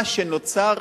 מה שנוצר